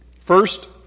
First